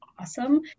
awesome